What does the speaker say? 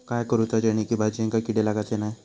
काय करूचा जेणेकी भाजायेंका किडे लागाचे नाय?